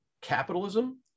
capitalism